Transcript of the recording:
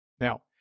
now